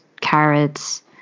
carrots